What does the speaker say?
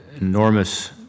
enormous